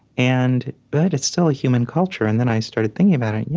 and but it's still a human culture. and then i started thinking about it. yeah,